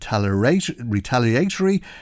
retaliatory